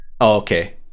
Okay